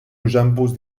resembles